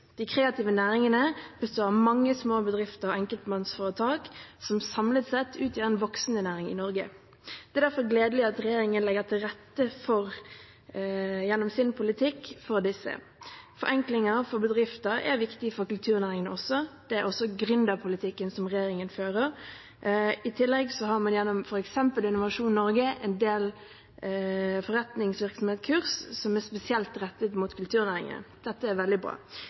De kreative næringene består av mange små bedrifter og enkeltpersonforetak som samlet sett utgjør en voksende næring i Norge. Det er derfor gledelig at regjeringen gjennom sin politikk legger til rette for disse. Forenklinger for bedrifter er viktig for kulturnæringen også. Det er også gründerpolitikken som regjeringen fører. I tillegg har man gjennom f.eks. Innovasjon Norge en del forretningsvirksomhetskurs som er spesielt rettet mot kulturnæringen. Dette er veldig bra.